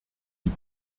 die